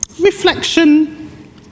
Reflection